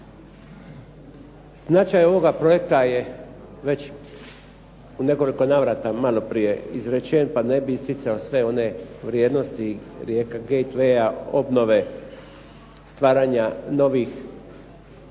Značaj ovoga projekta je već u nekoliko navrata maloprije izrečen pa ne bih isticao sve one vrijednosti Rijeka Gateway obnove, stvaranja novih gotovo